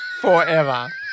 forever